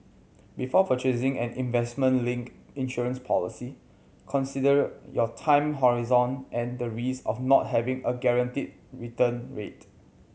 before purchasing an investment linked insurance policy consider your time horizon and the risks of not having a guaranteed return rate